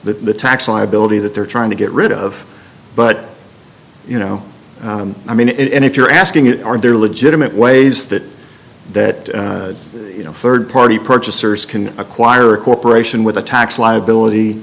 the tax liability that they're trying to get rid of but you know i mean if you're asking it are there legitimate ways that that you know third party purchasers can acquire a corporation with a tax liability